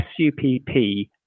SUPP